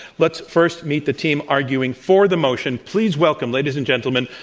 let's first meet the team arguing for the motion. please welcome, ladies and gentlemen,